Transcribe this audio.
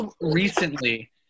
recently